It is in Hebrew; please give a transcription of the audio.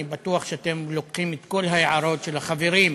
אני בטוח שאתם מביאים את כל ההערות של החברים,